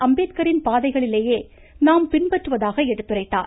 அம்பேத்கரின் பாதைகளிலேயே நாம் பின்பற்றுவதாக அவர் எடுத்துரைத்தார்